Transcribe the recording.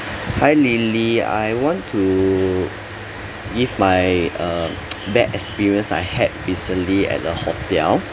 hi lily I want to give my uh bad experience I had recently at the hotel